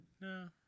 No